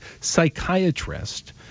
psychiatrist